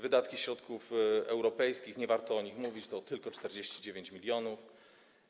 Wydatki ze środków europejskich, nie warto o nich mówić, to tylko 49 mln zł.